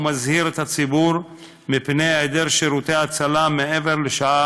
ומזהיר את הציבור מפני היעדר שירותי הצלה מעבר לשעה